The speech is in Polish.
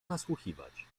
nasłuchiwać